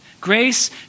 Grace